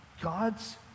God's